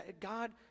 God